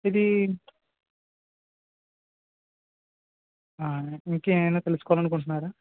ఇది ఇంకేమన్నా తెలుసుకోవాలనుకుంటున్నారా